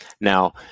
Now